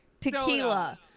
tequila